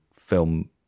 film